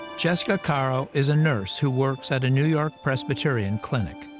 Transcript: jessica caro is a nurse who works at a new york presbyterian clinic.